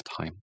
time